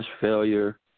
failure